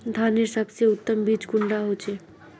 धानेर सबसे उत्तम बीज कुंडा होचए?